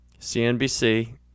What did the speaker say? CNBC